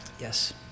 Yes